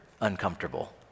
uncomfortable